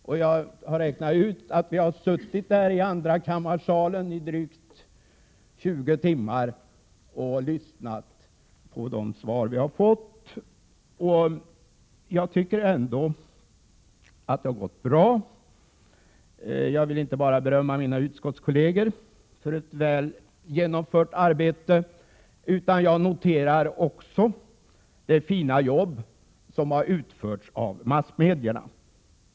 Jag har räknat ut att vi har suttit i andrakammarsalen i drygt 20 timmar och lyssnat på de svar vi har fått. Jag tycker på det hela taget att det har gått bra. Jag vill inte bara berömma mina utskottskolleger för väl genomfört arbete utan noterar också det fina jobb som utförts av massmedierna.